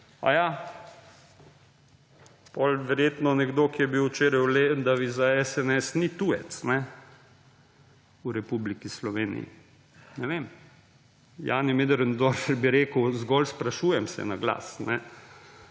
A ja, potem verjetno nekdo, ki je bil včeraj v Lendavi za SNS ni tujec v Republiki Sloveniji. Ne vem. Jani Möderndorfer bi rekel, zgolj sprašujem se na glas.